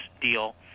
deal